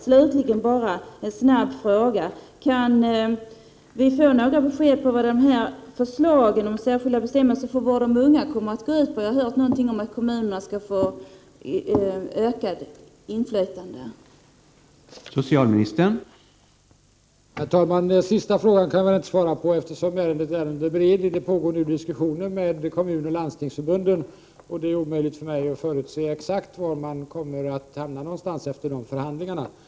Slutligen bara en snabb fråga: Kan vi få några besked om vad förslagen om särskilda bestämmelser om vård av unga kommer att gå ut på? Jag har hört sägas att kommunerna skall få ökat inflytande i detta sammanhang.